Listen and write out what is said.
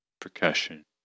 percussion